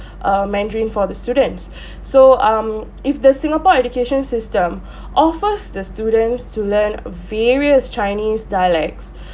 err mandarin for the students so um if the singapore education system offers the students to learn various chinese dialects